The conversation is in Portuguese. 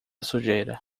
sujeira